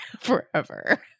forever